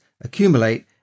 accumulate